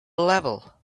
level